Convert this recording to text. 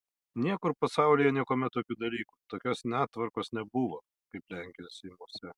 niekur pasaulyje niekuomet tokių dalykų tokios netvarkos nebuvo kaip lenkijos seimuose